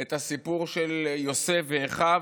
את הסיפור של יוסף ואחיו,